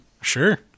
Sure